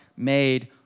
made